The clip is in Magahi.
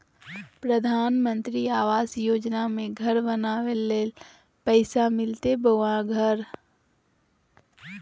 प्रधानमंत्री आवास योजना में घर बनावे ले पैसा मिलते बोया घर?